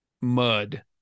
mud